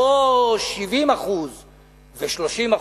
לא 70% ו-30%,